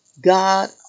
God